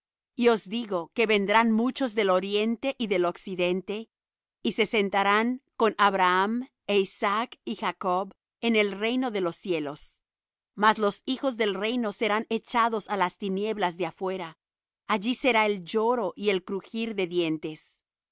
os digo que vendrán muchos del oriente y del occidente y se sentarán con abraham é isaac y jacob en el reino de los cielos mas los hijos del reino serán echados á las tinieblas de afuera allí será el lloro y el crujir de dientes entonces